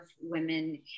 women